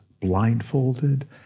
blindfolded